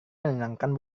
menyenangkan